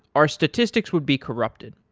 our statistics would be corrupted.